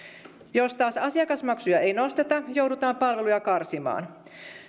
jos taas asiakasmaksuja ei nosteta joudutaan palveluja karsimaan